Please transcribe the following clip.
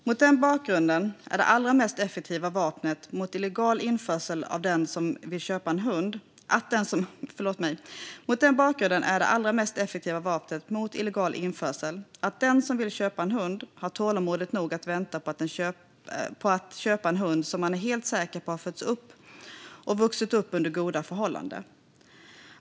Mot den bakgrunden är det allra mest effektiva vapnet mot illegal införsel att den som vill köpa en hund har tålamod nog att vänta på att köpa en hund som man är helt säker på har fötts och vuxit upp under goda förhållanden.